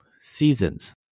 seasons